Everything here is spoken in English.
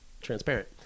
transparent